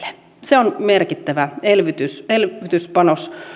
se on merkittävä elvytyspanos